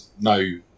no